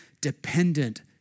dependent